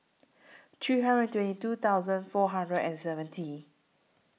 three hundred twenty two thousand four hundred and seventy